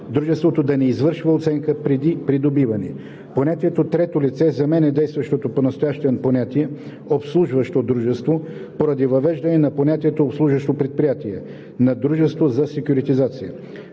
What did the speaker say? дружеството да не извършва оценка преди придобиване. Понятието „трето лице“ заменя действащото понастоящем понятие „обслужващо дружество“ поради въвеждане на понятието „обслужващо предприятие“ на дружество за секюритизация.